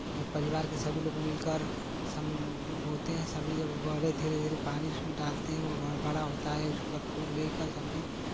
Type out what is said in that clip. परिवार के सभी लोग मिलकर बोते हैं सब्जी जब बढ़े धीरे धीरे पानी उसमें डालते हैं वो बड़ा होता है उसके बाद फूल लेकर सब्जी